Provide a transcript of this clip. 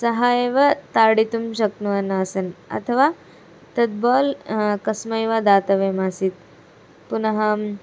सः एव ताडितुं शक्नुवन् आसन् अथवा तत् बाल् कस्मै वा दातव्यमासीत् पुनः अहं